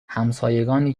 همسایگانی